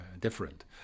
different